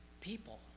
people